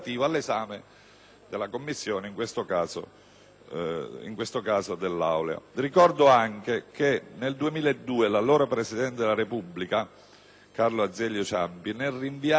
della Commissione; in questo caso dell'Aula. Ricordo anche che, nel 2002, l'allora presidente della Repubblica Carlo Azeglio Ciampi, nel rinviare alle Camere